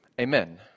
Amen